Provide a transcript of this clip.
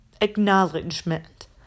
acknowledgement